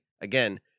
again